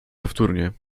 powtórnie